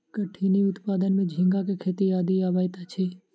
कठिनी उत्पादन में झींगा के खेती आदि अबैत अछि